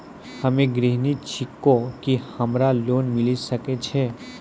हम्मे गृहिणी छिकौं, की हमरा लोन मिले सकय छै?